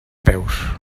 peus